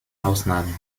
ausnahmen